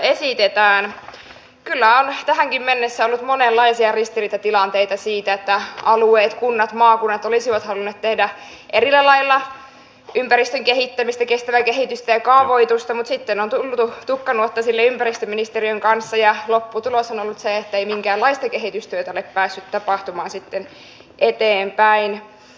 kyllä on tähänkin mennessä ollut monenlaisia ristiriitatilanteita siinä että alueet kunnat maakunnat olisivat halunneet tehdä eri lailla ympäristön kehittämistä kestävää kehitystä ja kaavoitusta mutta sitten on tultu tukkanuottasille ympäristöministeriön kanssa ja lopputulos on ollut se ettei minkäänlaista kehitystyötä ole päässyt tapahtumaan sitten eteenpäin